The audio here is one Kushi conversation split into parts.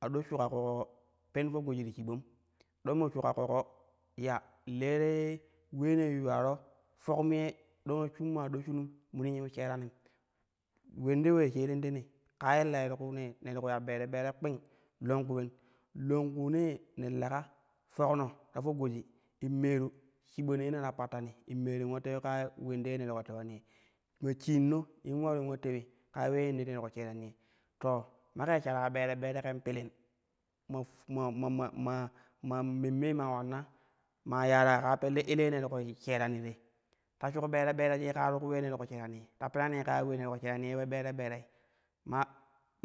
A do shuka ƙoƙo pen fo goji ti shiban ɗo mo shuka ƙoƙo ya le te uleenee yuularo fokme donge shura maa do shunum munin yiu sheranin ulende ulee sha neu tene ka illai ti kuunee ne ti ku ya ɓere ɓere kping longku ulen longkunnee ne leka fokno ta fo goji in meeru shiba na ye ne ta pattani in meeru in tewii ka ye ulende ye ne ti talani ye, ma shinno in ularu lula temi kaa ulee ulende ne ti shurani ye to make shara bere bere ken pilin ma mam-ma-ma-ma memme maa ulanna maa yara kaa pelle ule ya ne tiku sherani te ta shik ɓere ɓere kaya ti ku ulee na shara ni ya ta penanii ka ya ulee ne ti ku sheranni yei ule ɓere ɓerei ma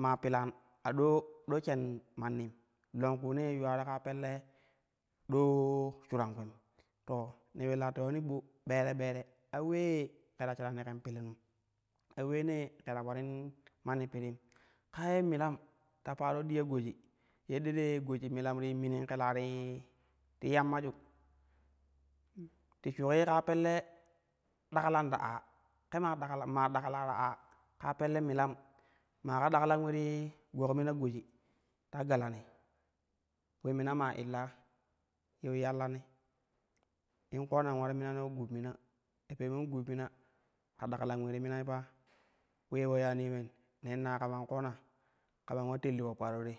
maa pilan a do do shen mannim longkuunee yuwaro kaa pelle do suran kulim to ne uliila towani ɓo ɓere ɓere a ulee ke ta sharani kai pilinun a uleenee ke ta ularin manni pirim kaa ye milam ta paro diya goj yende nee goji milan ti minin kelaa ti ti yammaju ti shulei kaa pelle daklan ta aa ke ma dak maa dakla ta aa kaa pelle milam maa ka daklan ule ti gog mina goji ta galani ule mina maa illa yiu yallani lu koona in ular minano gub mina ya peemen gub mima ka daklan ule ti minai pa illee po yaanu ulen nenna kaman kkona kaman wa tellu po paro te.